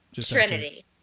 Trinity